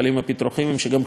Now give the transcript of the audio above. שגם קשורים זה בזה.